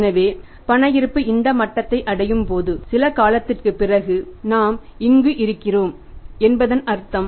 எனவே பண இருப்பு இந்த மட்டத்தை அடையும் போது சில காலத்திற்குப் பிறகு நாம் இங்கு இருக்கிறோம் என்பதன் அர்த்தம்